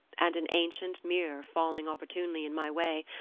and an ancient mirror falling opportunely in my way,